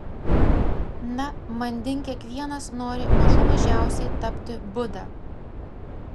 na manding kiekvienas nori mažų mažiausiai tapti buda